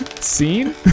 Scene